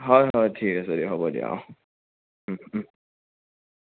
হয় হয় ঠিক আছে দিয়া হ'ব দিয়া অ